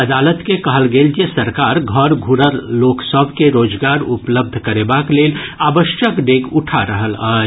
अदालत के कहल गेल जे सरकार घर घूरल लोक सभ के रोजगार उपलब्ध करेबाक लेल आवश्यक डेग उठा रहल अछि